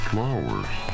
flowers